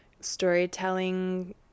storytelling